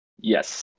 Yes